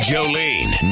Jolene